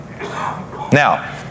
Now